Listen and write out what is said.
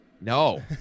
No